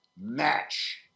match